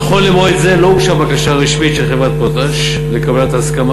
נכון למועד זה לא הוגשה בקשה רשמית של חברת "פוטאש" לקבלת הסכמה